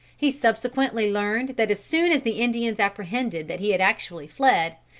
he subsequently learned that as soon as the indians apprehended that he had actually fled,